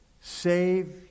Save